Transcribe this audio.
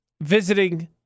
visiting